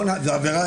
זו עבירה אתית.